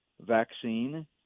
vaccine